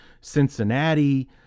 Cincinnati